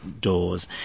doors